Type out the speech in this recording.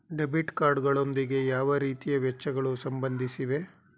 Debit card ಗಳೊಂದಿಗೆ ಯಾವ ರೀತಿಯ ವೆಚ್ಚಗಳು ಸಂಬಂಧಿಸಿವೆ?